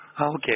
Okay